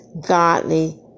godly